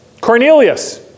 Cornelius